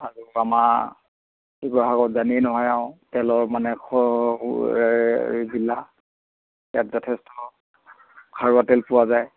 আৰু আমাৰ শিৱসাগৰত জানেই নহয় আৰু তেলৰ মানে খ জিলা ইয়াত যথেষ্ট খাৰুৱা তেল পোৱা যায়